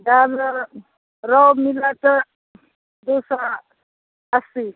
दाम दिगर रौह मिलत दू सए अस्सी